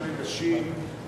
גם לנשים,